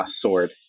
sword